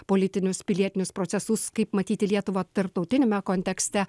politinius pilietinius procesus kaip matyti lietuvą tarptautiniame kontekste